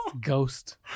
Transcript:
Ghost